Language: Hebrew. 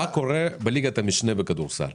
מה קורה בליגת המשנה בכדורסל?